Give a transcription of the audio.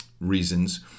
reasons